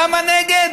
למה נגד?